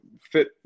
fit